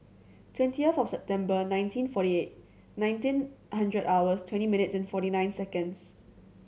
twentieth of September nineteen forty eight nineteen hundred hours twenty minutes and forty nine seconds